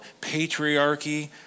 patriarchy